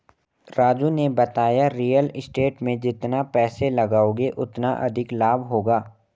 राजू ने बताया real estate में जितना पैसे लगाओगे उतना अधिक लाभ होगा